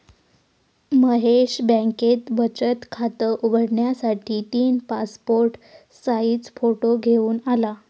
महेश बँकेत बचत खात उघडण्यासाठी तीन पासपोर्ट साइज फोटो घेऊन आला